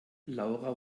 laura